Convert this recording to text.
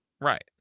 Right